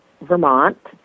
Vermont